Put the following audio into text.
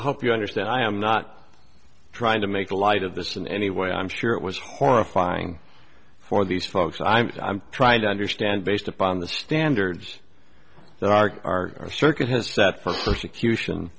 hope you understand i am not trying to make light of this in any way i'm sure it was horrifying for these folks i'm i'm trying to understand based upon the standards that are circuit has set for persecution